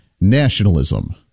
nationalism